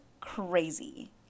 crazy